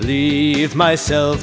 leave myself